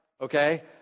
Okay